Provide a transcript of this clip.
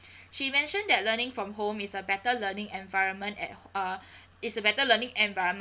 she mentioned that learning from home is a better learning environment at uh it's a better learning environment